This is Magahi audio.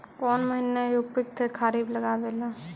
कौन महीना उपयुकत है खरिफ लगावे ला?